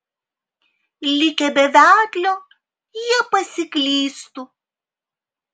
likę be vedlio jie pasiklystų